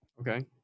Okay